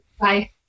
Bye